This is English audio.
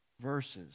verses